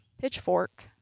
pitchfork